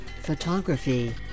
photography